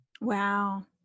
Wow